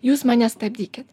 jūs mane stabdykit